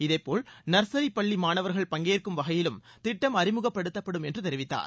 இதேபோல் நர்சரி பள்ளி மாணவர்கள் பங்கேற்கும் வகையிலும் திட்டம் அறிமுகப்படுத்தப்படும் என்று தெரிவித்தார்